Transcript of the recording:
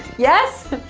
yes